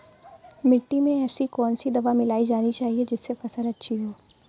मिट्टी में ऐसी कौन सी दवा मिलाई जानी चाहिए जिससे फसल अच्छी हो?